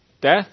death